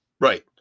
Right